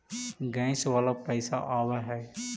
Gas वाला पैसा आव है?